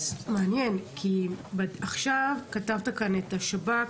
מעניין, כי עכשיו כתבת כאן את השב"כ,